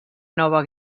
nova